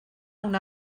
una